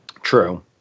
True